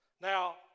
Now